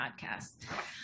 podcast